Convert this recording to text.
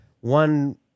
one